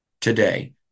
today